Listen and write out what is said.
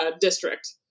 district